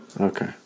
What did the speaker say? Okay